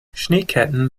schneeketten